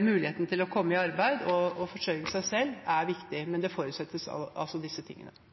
muligheten til å komme i arbeid og forsørge seg selv er viktig, men disse tingene